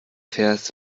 vers